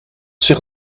zich